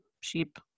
sheep